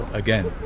again